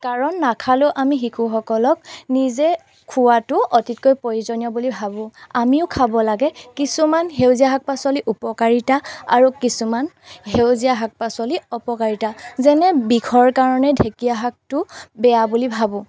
কাৰণ নাখালেও আমি শিশুসকলক নিজে খোৱাটো অতিকৈ প্ৰয়োজনীয় বুলি ভাবোঁ আমিও খাব লাগে কিছুমান সেউজীয়া শাক পাচলি উপকাৰিতা আৰু কিছুমান সেউজীয়া শাক পাচলি অপকাৰিতা যেনে বিষৰ কাৰণে ঢেকীয়া শাকটো বেয়া বুলি ভাবোঁ